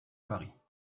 paris